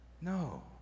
No